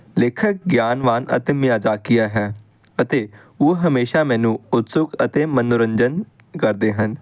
ਲੇਖਕ ਗਿਆਨਵਾਨ ਅਤੇ ਮਜ਼ਾਕੀਆ ਹੈ ਅਤੇ ਉਹ ਹਮੇਸ਼ਾਂ ਮੈਨੂੰ ਉਤਸੁਕ ਅਤੇ ਮਨੋਰੰਜਨ ਕਰਦੇ ਹਨ